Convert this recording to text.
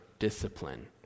discipline